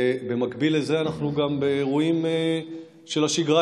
ובמקביל לזה אנחנו גם באירועים של שגרה,